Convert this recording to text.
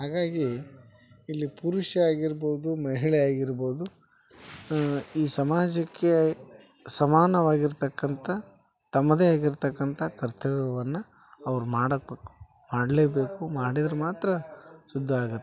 ಹಾಗಾಗಿ ಇಲ್ಲಿ ಪುರುಷ ಆಗಿರ್ಬೋದು ಮಹಿಳೆ ಆಗಿರ್ಬೋದು ಈ ಸಮಾಜಕ್ಕೆ ಸಮಾನವಾಗಿರತಕ್ಕಂಥ ತಮ್ಮದೇ ಆಗಿರತಕ್ಕಂಥ ಕರ್ತವ್ಯವನ್ನು ಅವ್ರು ಮಾಡಕ್ಕಬೇಕು ಮಾಡಲೇಬೇಕು ಮಾಡಿದ್ರೆ ಮಾತ್ರ ಸುದ್ದ ಆಗತ್ತೆ